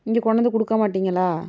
இங்கே கொண்டுவந்து கொடுக்க மாட்டிங்களா